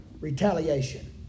retaliation